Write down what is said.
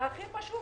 הכי חשוב